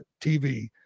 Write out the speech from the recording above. TV